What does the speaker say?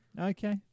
Okay